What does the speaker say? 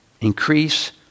increase